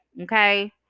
Okay